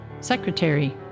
Secretary